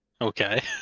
Okay